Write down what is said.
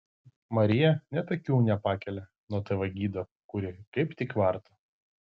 marija net akių nepakelia nuo tv gido kurį kaip tik varto